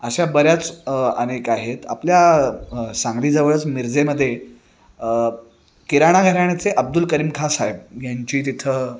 अशा बऱ्याच अनेक आहेत आपल्या सांगलीजवळच मिरजेमध्ये किराणा घराण्याचे अब्दुल करीम खाँसाहेब ह्यांची तिथं